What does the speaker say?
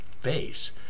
face